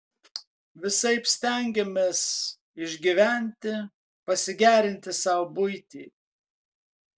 visaip stengėmės išgyventi pasigerinti sau buitį